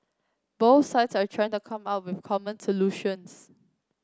both sides are trying to come up with common solutions